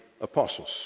apostles